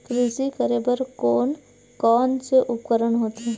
कृषि करेबर कोन कौन से उपकरण होथे?